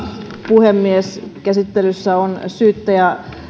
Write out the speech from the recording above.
puhemies käsittelyssä on